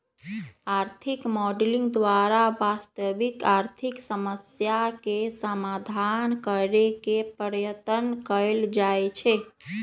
आर्थिक मॉडलिंग द्वारा वास्तविक आर्थिक समस्याके समाधान करेके पर्यतन कएल जाए छै